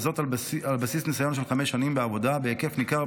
וזאת על בסיס ניסיון של חמש שנים בעבודה בהיקף ניכר,